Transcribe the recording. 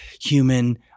human